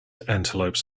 antelopes